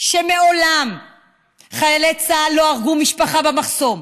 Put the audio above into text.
שמעולם חיילי צה"ל לא הרגו משפחה במחסום,